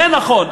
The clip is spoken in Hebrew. זה נכון.